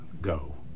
go